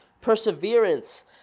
perseverance